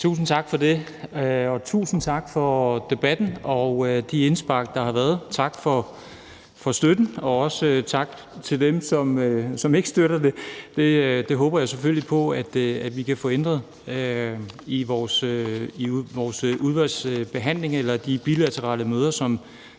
Tusind tak for det, og tusind tak for debatten og de indspark, der har været. Tak for støtten, og også tak til dem, som ikke støtter det. Det håber jeg selvfølgelig på at vi kan få ændret i vores udvalgsbehandling eller de bilaterale møder, som